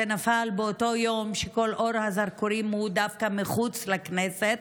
זה נפל באותו יום שכל אור הזרקורים הוא דווקא מחוץ לכנסת,